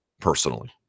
personally